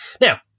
Now